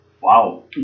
wow